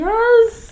Yes